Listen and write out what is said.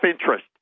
interest